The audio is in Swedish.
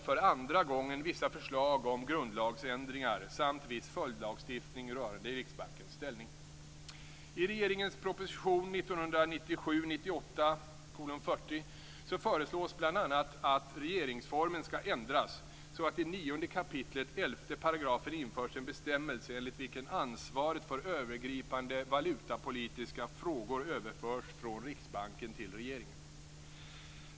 föreslås bl.a. att regeringsformen skall ändras så att det i 9 kap. 11 § införs en bestämmelse enligt vilken ansvaret för övergripande valutapolitiska frågor överförs från Riksbanken till regeringen.